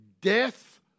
Death